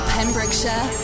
Pembrokeshire